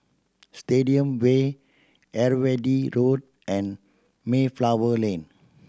Stadium Way Irrawaddy Road and Mayflower Lane